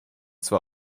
zwar